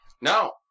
No